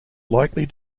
likely